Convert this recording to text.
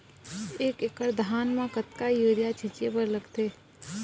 एक एकड़ धान म कतका यूरिया छींचे बर लगथे?